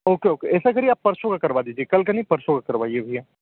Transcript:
okay okay ऐसा करिए आप परसों का करवा दीजिए कल का नहीं परसों का करवाइये भइया